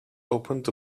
opened